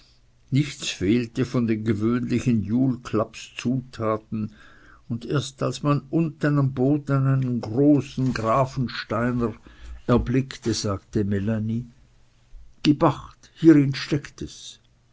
nichts fehlte von den gewöhnlichen julklapps zutaten und erst als man unten am boden eines großen gravensteiner apfels gewahr wurde sagte melanie gib acht hierin steckt es